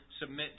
submit